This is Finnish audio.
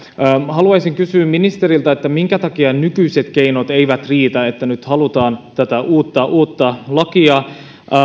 haluaisin kysyä ministeriltä minkä takia nykyiset keinot eivät riitä vaan nyt halutaan tätä uutta uutta lakia